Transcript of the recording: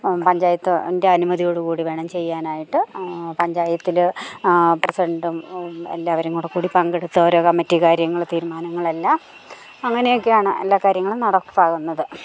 പഞ്ചായത്തിൻ്റെ അനുമതിയോട് കൂടി വേണം ചെയ്യാനായിട്ട് പഞ്ചായത്തിൽ പ്രസിഡന്റും എല്ലാവരും കൂടി കൂടി പങ്കെടുത്തോരോ കമ്മിറ്റി കാര്യങ്ങൾ തീരുമാനങ്ങളെല്ലാം അങ്ങനെയൊക്കെയാണ് എല്ലാ കാര്യങ്ങളും നടപ്പാകുന്നത്